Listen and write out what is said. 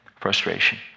frustration